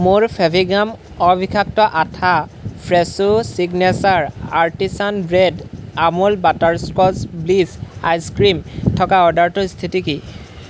মোৰ ফেভি গাম অবিষাক্ত আঠা Fresho signature artisan bread Amul butterscotch bliss ice cream থকা অৰ্ডাৰটোৰ স্থিতি কি